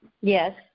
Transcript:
Yes